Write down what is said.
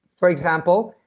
for example,